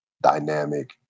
dynamic